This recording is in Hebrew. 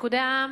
ריקודי עם,